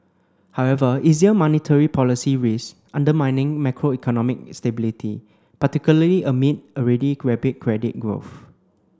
however easier monetary policy risks undermining macroeconomic stability particularly amid already credit credit growth